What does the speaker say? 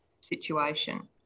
situation